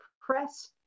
press